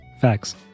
Facts